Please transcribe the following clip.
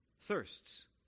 thirsts